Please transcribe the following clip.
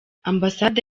ambasade